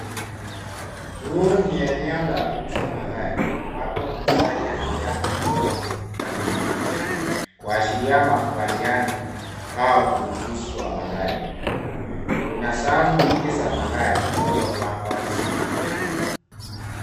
Huu ni eneo la kuuza magari ambapo muuzaji anapeana mkono na mnunuzi, kuashiria makubaliano au ununuzi wa magari. Kuna safu nyingi za magari yaliyopangwa vizuri.